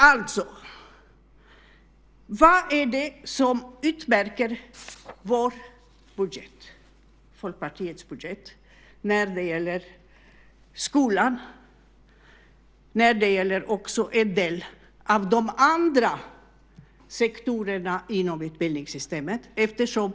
Alltså: Vad är det som utmärker vår, Folkpartiets, budget när det gäller skolan och en del av de andra sektorerna inom utbildningssystemet?